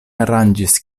aranĝis